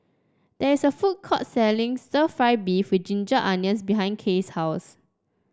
there is a food court selling stir fry beef with Ginger Onions behind Kaye's house